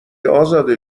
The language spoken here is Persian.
ازاده